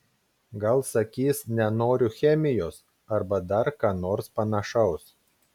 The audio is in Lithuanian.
gal sakys nenoriu chemijos arba dar ką nors panašaus